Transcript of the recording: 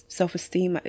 self-esteem